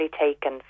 taken